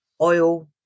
oil